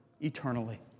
eternally